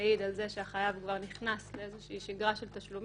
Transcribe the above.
שמעיד על זה שהחייב כבר נכנס לאיזושהי שגרה של תשלומים,